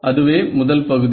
அதுவே முதல் பகுதி